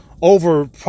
over